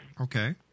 Okay